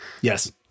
Yes